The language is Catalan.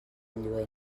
lluent